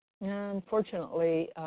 Unfortunately